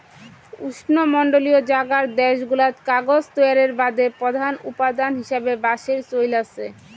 উষ্ণমণ্ডলীয় জাগার দ্যাশগুলাত কাগজ তৈয়ারের বাদে প্রধান উপাদান হিসাবে বাঁশের চইল আচে